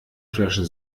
flaschen